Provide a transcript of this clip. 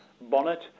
bonnet